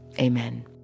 Amen